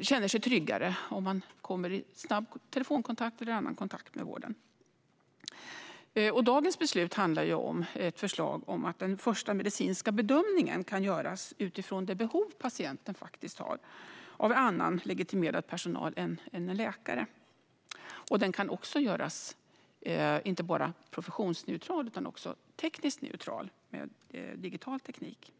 känner sig tryggare om de kommer i snabb telefonkontakt eller annan kontakt med vården. Dagens beslut handlar om ett förslag om att den första medicinska bedömningen kan göras utifrån det behov patienten har och av annan legitimerad personal än en läkare. Och den kan inte bara göras professionsneutral utan också tekniskt neutral, med digital teknik.